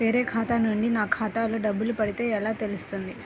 వేరే ఖాతా నుండి నా ఖాతాలో డబ్బులు పడితే ఎలా తెలుస్తుంది?